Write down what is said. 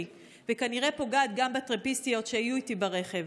וכנראה פוגעת גם בטרמפיסטיות שהיו איתי ברכב.